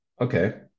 Okay